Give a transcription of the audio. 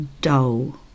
dull